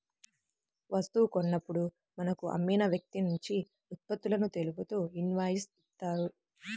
వస్తువు కొన్నప్పుడు మనకు అమ్మిన వ్యక్తినుంచి ఉత్పత్తులను తెలుపుతూ ఇన్వాయిస్ ఇత్తారు